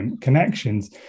connections